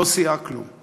והיא לא סייעה בכלום.